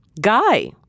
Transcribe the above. guy